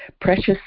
precious